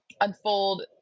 unfold